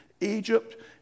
Egypt